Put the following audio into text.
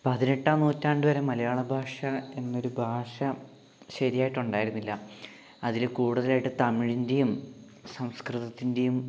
പതിനെട്ടാം നൂറ്റാണ്ട് വരെ മലയാള ഭാഷ എന്നൊരു ഭാഷ ശരിയായിട്ട് ഉണ്ടായിരുന്നില്ല അതിൽ കൂടുതലായിട്ട് തമിഴിന്റെയും സംസ്കൃതത്തിന്റെയും